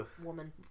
Woman